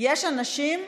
יש אנשים,